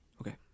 Okay